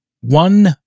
one